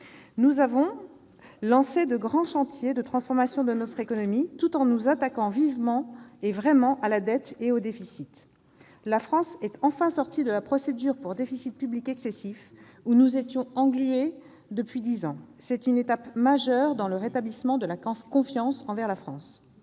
Nous avons lancé de grands chantiers de transformation de notre économie, tout en nous attaquant résolument à la dette et au déficit. La France est enfin sortie de la procédure pour déficit public excessif, dans laquelle elle était engluée depuis dix ans. C'est une étape majeure dans le rétablissement de la confiance envers la France.